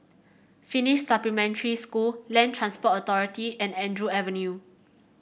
Finnish Supplementary School Land Transport Authority and Andrew Avenue